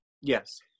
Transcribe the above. Yes